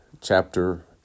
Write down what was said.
chapter